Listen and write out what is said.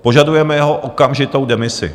Požadujeme jeho okamžitou demisi.